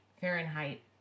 Fahrenheit